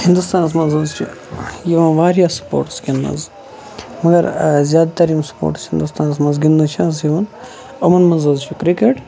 ہِندوستانَس منٛز حظ چھِ یِوان واریاہ سپوٹٕس گِنٛدنہٕ حظ مگر زیادٕ تر یِم سپوٹٕس ہِنٛدوستانَس منٛز گِنٛدنہٕ چھِ نہٕ حظ یِوان یِمَن منٛز حظ چھُ کرکٹ